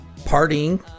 partying